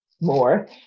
more